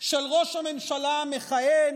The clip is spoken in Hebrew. של ראש הממשלה המכהן,